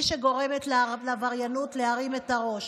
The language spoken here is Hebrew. הוא שגורם לעבריינות להרים את הראש